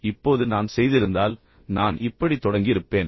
இப்போது நான் செய்திருந்தால் நான் இப்படி தொடங்கியிருப்பேன்